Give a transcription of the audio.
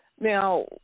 Now